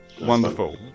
Wonderful